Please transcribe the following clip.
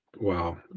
wow